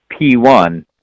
P1